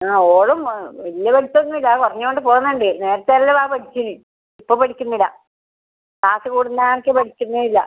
ആ ഓളും വലിയ പഠിത്തമൊന്നുമില്ല കുറഞ്ഞു കൊണ്ട് പോകുന്നുണ്ട് നേരത്തെല്ലം ആ പഠിച്ചിന് ഇപ്പോൾ പഠിക്കുന്നില്ല ക്ലാസ് കൂടുന്നായിറ്റ് പഠിക്കുന്നേ ഇല്ല